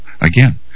again